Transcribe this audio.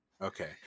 Okay